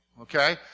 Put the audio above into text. Okay